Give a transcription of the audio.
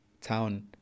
town